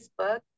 Facebook